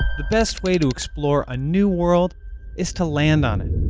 the best way to explore a new world is to land on it.